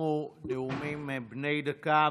תמו נאומים בני דקה.